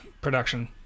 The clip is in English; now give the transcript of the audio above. production